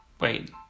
Wait